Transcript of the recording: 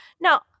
Now